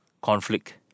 conflict